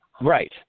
Right